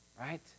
right